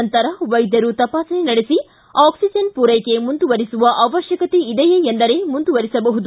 ನಂತರ ವೈದ್ಯರು ತಪಾಸಣೆ ನಡೆಸಿ ಆಕ್ಲಿಜನ್ ಪೂರೈಕೆ ಮುಂದುವರಿಸುವ ಅವಶ್ಯಕತೆ ಇದೆಯೇ ಎಂದರೆ ಮುಂದುವರಿಸಬಹುದು